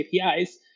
APIs